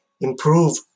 improve